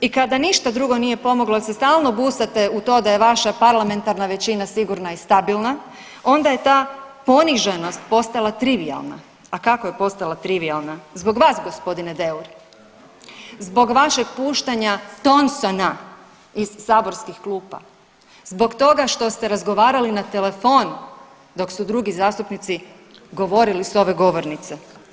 I kada ništa drugo nije pomoglo jer se stalno busate u to da je vaša parlamentarna većina sigurna i stabilna onda je ta poniženost postala trivijalna, a kako je postala trivijalna, zbog vas g. Deur, zbog vašeg puštanja Thompsona iz saborskih klupa, zbog toga što ste razgovarali na telefon dok su drugi zastupnici govorili s ove govornice.